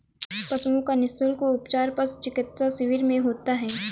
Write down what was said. पशुओं का निःशुल्क उपचार पशु चिकित्सा शिविर में होता है